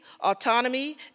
autonomy